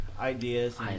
ideas